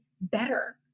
better